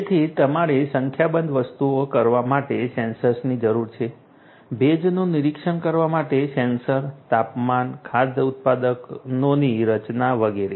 તેથી તમારે સંખ્યાબંધ વસ્તુઓ કરવા માટે સેન્સરની જરૂર છે ભેજનું નિરીક્ષણ કરવા માટે સેન્સર તાપમાન ખાદ્ય ઉત્પાદનોની રચના વગેરે